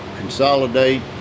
consolidate